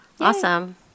Awesome